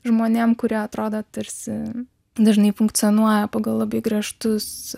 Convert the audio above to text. žmonėm kurie atrodo tarsi dažnai funkcionuoja pagal labai griežtus